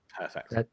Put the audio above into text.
perfect